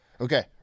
Okay